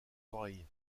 oreilles